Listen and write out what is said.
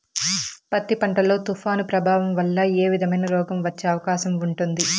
పత్తి పంట లో, తుఫాను ప్రభావం వల్ల ఏ విధమైన రోగం వచ్చే అవకాశం ఉంటుంది?